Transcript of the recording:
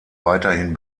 weiterhin